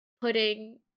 putting